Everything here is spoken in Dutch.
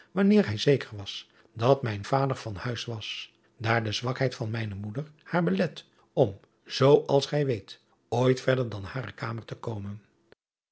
wanneer hij zeker was dat mijn vader van huis was daar de zwakheid van mijne moeder haar belet om zoo als gij weet ooit verder dan hare kamer te komen